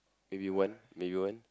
maybe one maybe one